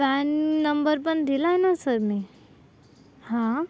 pan number पण दिलाय ना सर मी हां